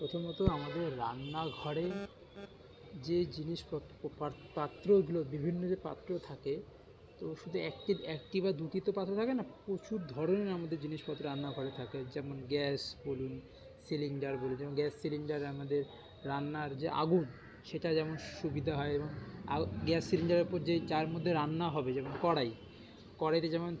প্রথমত আমাদের রান্নাঘরে যে জিনিসপত্র পাত পাত্রগুলো বিভিন্ন যে পাত্র থাকে তো শুধু একটি একটি বা দুটি তো পাত্র থাকে না প্রচুর ধরনের আমাদের জিনিসপত্র রান্নাঘরে থাকে যেমন গ্যাস বলুন সিলিন্ডার বলে দিন গ্যাস সিলিন্ডারে আমাদের রান্নার যে আগুন সেটা যেমন সুবিধা হয় এবং গ্যাস সিলিন্ডারের ওপর যে যার মধ্যে রান্না হবে যে কড়াই কড়াইতে যেমন